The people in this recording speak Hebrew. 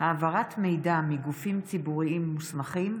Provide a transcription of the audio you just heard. (העברת מידע מגופים ציבוריים מוסמכים),